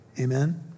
Amen